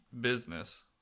business